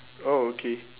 oh okay